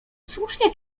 słusznie